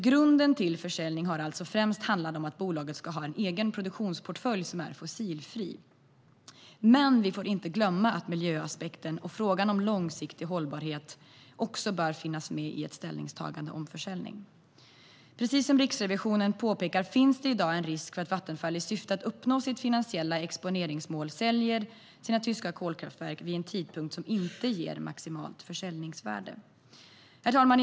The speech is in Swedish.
Grunden till försäljning har främst handlat om att bolaget ska ha en egen produktionsportfölj som är fossilfri. Men vi får inte glömma att miljöaspekten och frågan om långsiktig hållbarhet också bör finnas med i ett ställningstagande om försäljning. Precis som Riksrevisionen påpekar finns det i dag en risk för att Vattenfall i syfte att uppnå sitt finansiella exponeringsmål säljer sina tyska kolkraftverk vid en tidpunkt som inte ger maximalt försäljningsvärde. Herr talman!